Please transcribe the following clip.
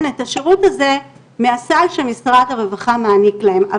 את השירות הזה מהסל שמשרד הרווחה מעניק להם.